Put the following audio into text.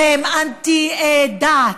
והם אנטי-דת,